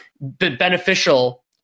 beneficial